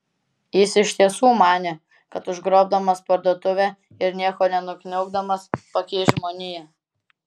jis iš tiesų manė kad užgrobdamas parduotuvę ir nieko nenukniaukdamas pakeis žmoniją